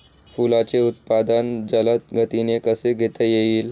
फुलांचे उत्पादन जलद गतीने कसे घेता येईल?